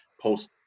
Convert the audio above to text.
post